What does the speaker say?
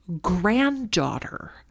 granddaughter